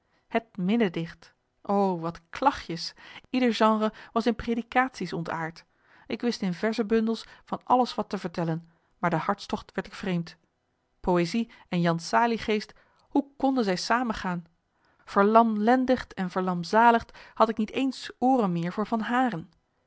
het minnedicht o wat klagtjes ieder genre was in predikatie's ontaard ik wist in verzenbundels van alles wat te vertellen maar den hartstogt werd ik vreemd poëzij en jan saliegeest hoe konden zij zamen gaan verlamlendigd en verlamzaligd had ik niet eens ooren meer voor van haren